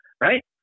right